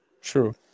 True